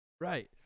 right